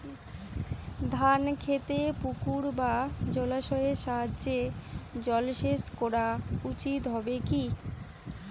ধান খেতে পুকুর বা জলাশয়ের সাহায্যে জলসেচ করা উচিৎ হবে কি?